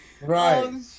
Right